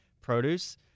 produce